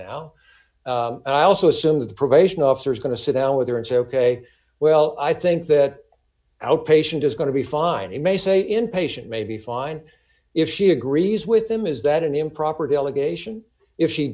now i also assume that the probation officer is going to sit down with her and say ok d well i think that outpatient is going to be fine i may say inpatient may be fine if she agrees with him is that an improper delegation if she